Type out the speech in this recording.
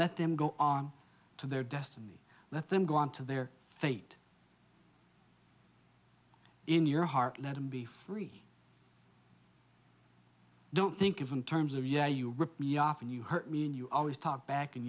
let them go on to their destiny let them go on to their fate in your heart let them be free don't think of in terms of yeah you rip me off and you hurt me and you always talk back and